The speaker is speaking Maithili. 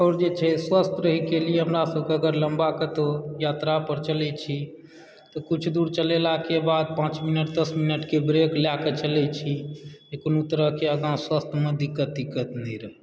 आओर जे छै स्वस्थ्य रहयके लिए अपना सभके अगर लम्बा कतहुँ यात्रा पर चलैत छी तऽ कुछ दूर चलेलाके बाद पाँच मिनट दश मिनटके ब्रेक लएकऽ चलैत छी जे कोनो तरहकेँ आगाँ स्वास्थ्यमे दिक्कत तिक्कत नहि रहय